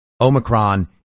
Omicron